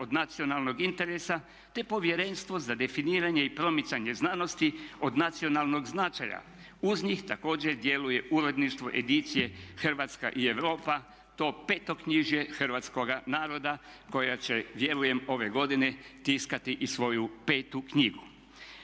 od nacionalnog interesa te Povjerenstvo za definiranje i promicanje znanosti od nacionalnog značaja, uz njih također djeluje uredništvo Edicije Hrvatska i Europa, to petoknjižje hrvatskoga naroda koja će vjerujem ove godine tiskati i svoju petu knjigu.